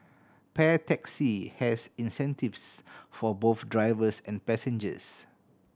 Pair Taxi has incentives for both drivers and passengers